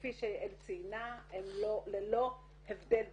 כפי ש- -- ציינה, הן ללא הבדל ביניהן,